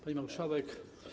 Pani Marszałek!